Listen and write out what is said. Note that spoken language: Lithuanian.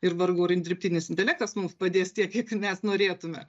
ir vargu ar dirbtinis intelektas mums padės tiek kiek mes norėtume